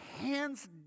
hands